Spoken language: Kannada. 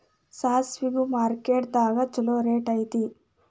ಸಾಸ್ಮಿಗು ಮಾರ್ಕೆಟ್ ದಾಗ ಚುಲೋ ರೆಟ್ ಐತಿ